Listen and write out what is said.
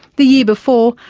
the year before,